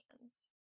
Hands